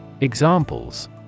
Examples